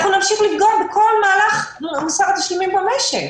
אנחנו נמשיך לפגוע בכל מהלך מוסר התשלומים במשק.